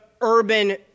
urban